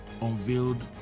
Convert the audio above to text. unveiled